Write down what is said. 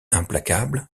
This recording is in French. implacable